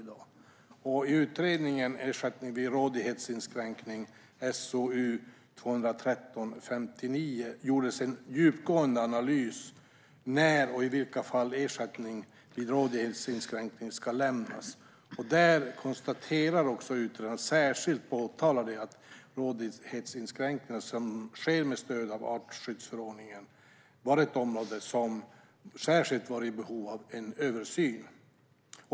I utredningen Ersättning vid rådighetsinskränkningar , SOU 2013:59, gjordes en djupgående analys av när och i vilka fall ersättning vid rådighetsinskränkning ska lämnas. Där påtalar utredaren att rådighetsinskränkningar som sker med stöd av artskyddsförordningen var ett område som särskilt var i behov av översyn.